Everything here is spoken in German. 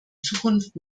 zukunft